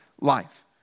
life